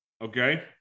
Okay